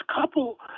couple